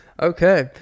Okay